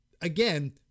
again